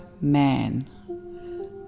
man